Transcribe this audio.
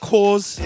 Cause